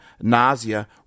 nausea